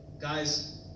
guys